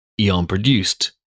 Eon-produced